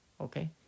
Okay